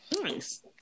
nice